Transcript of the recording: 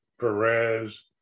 Perez